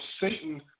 Satan